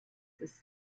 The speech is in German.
ist